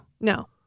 No